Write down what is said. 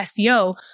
SEO